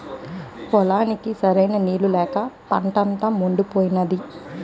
పొలానికి సరైన నీళ్ళు లేక పంటంతా యెండిపోనాది